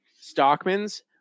stockman's